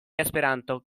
esperanto